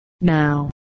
now